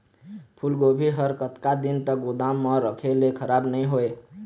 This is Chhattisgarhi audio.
फूलगोभी हर कतका दिन तक गोदाम म रखे ले खराब नई होय?